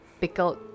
pickled